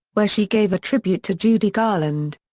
where she gave a tribute to judy garland.